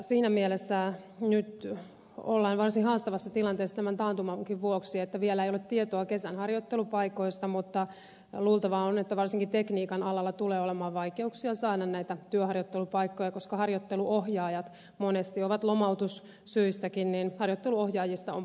siinä mielessä nyt ollaan varsin haastavassa tilanteessa tämän taantumankin vuoksi että vielä ei ole tietoa kesän harjoittelupaikoista mutta luultavaa on että varsinkin tekniikan alalla tulee olemaan vaikeuksia saada näitä työharjoittelupaikkoja koska monesti lomautussyistäkin harjoitteluohjaajista on pulaa